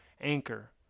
anchor